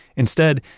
instead,